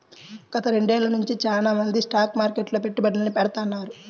గత రెండేళ్ళ నుంచి చానా మంది స్టాక్ మార్కెట్లో పెట్టుబడుల్ని పెడతాన్నారు